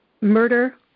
murder